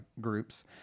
groups